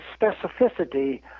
specificity